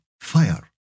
fire